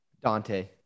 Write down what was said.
Dante